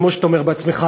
כמו שאתה אומר בעצמך,